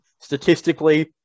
statistically